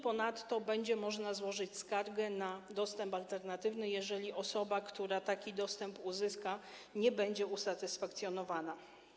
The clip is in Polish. Ponadto będzie można złożyć skargę na dostęp alternatywny, jeżeli osoba, która uzyska taki dostęp, nie będzie usatysfakcjonowana.